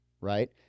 right